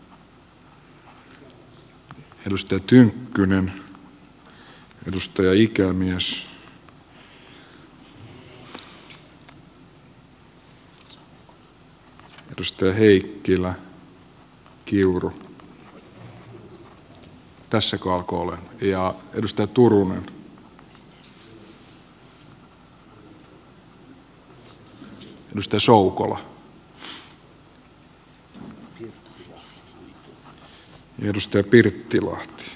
näyttää olevan vielä edustaja lipponen edustaja tynkkynen edustaja ikämies edustaja heikkilä kiuru